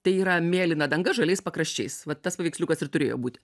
tai yra mėlyna danga žaliais pakraščiais vat tas paveiksliukas ir turėjo būt